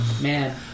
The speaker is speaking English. Man